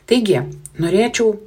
taigi norėčiau